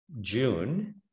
June